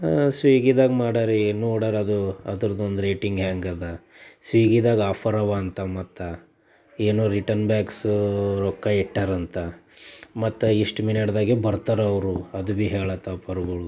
ಸ್ವೀಗಿದಾಗ ಮಾಡಾರಿ ನೋಡರಿ ಅದು ಅದ್ರದೊಂದು ರೇಟಿಂಗ್ ಹೆಂಗಿದೆ ಸ್ವೀಗಿದಾಗ ಆಫರ್ ಇವೆಂತೆ ಮತ್ತು ಏನೋ ರಿಟರ್ನ್ ಬ್ಯಾಕ್ಸು ರೊಕ್ಕ ಇಟ್ಟಾರೆಂತ ಮತ್ತು ಇಷ್ಟು ಮಿನಿಟ್ನಾಗೇ ಬರ್ತಾರವರು ಅದು ಭೀ ಹೇಳುತ್ತವೆ ಪೊರಗಳು